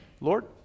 Lord